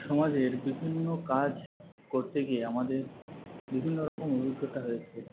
সমাজের বিভিন্ন কাজ করতে গিয়ে আমাদের বিভিন্নরকম অভিজ্ঞতা হয়েছে